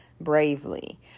bravely